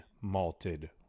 malted